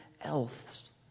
else